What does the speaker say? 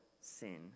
sin